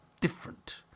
different